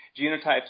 Genotypes